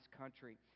country